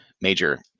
major